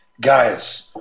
guys